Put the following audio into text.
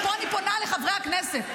ופה אני פונה לחברי הכנסת,